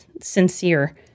sincere